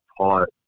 taught